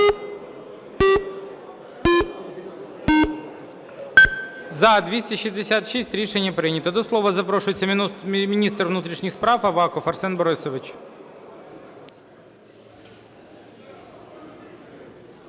За-266 Рішення прийнято. До слова запрошується міністр внутрішніх справ Аваков Арсен Борисович.